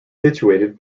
situated